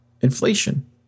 inflation